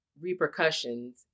repercussions